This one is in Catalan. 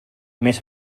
més